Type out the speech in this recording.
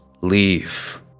Leave